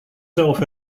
self